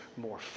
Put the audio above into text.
More